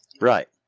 Right